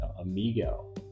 amigo